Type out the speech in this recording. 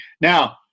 Now